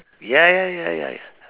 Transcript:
ya ya ya ya ya